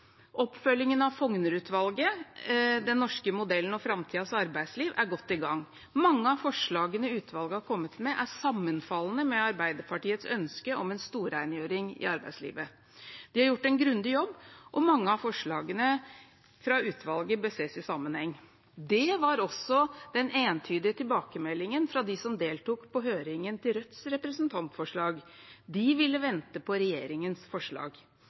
Oppfølgingen av Fougner-utvalget, Den norske modellen og fremtidens arbeidsliv, er godt i gang. Mange av forslagene utvalget har kommet med, er sammenfallende med Arbeiderpartiets ønske om en storrengjøring i arbeidslivet. De har gjort en grundig jobb, og mange av forslagene fra utvalget bør ses i sammenheng. Det var også den entydige tilbakemeldingen fra dem som deltok på høringen om Rødts representantforslag. De ville vente på regjeringens forslag.